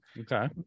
okay